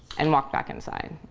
and walked back inside.